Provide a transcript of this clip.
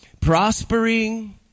prospering